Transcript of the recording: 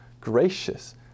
gracious